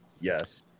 Yes